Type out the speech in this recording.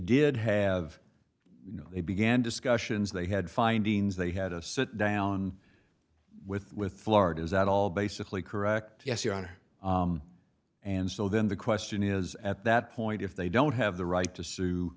know they began discussions they had findings they had a sit down with with florida is that all basically correct yes your honor and so then the question is at that point if they don't have the right to sue